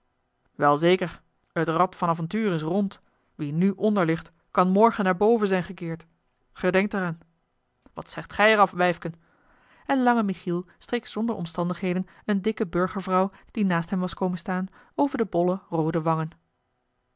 wel zeker t rad van avontuur is rond wie nu onder ligt kan morgen naar boven zijn gekeerd gedenkt er aan wat zegt gij er af wijfken en lange michiel streek zonder omstandigheden eene dikke burgervrouw die naast hem was komen staan over de bolle roode wangen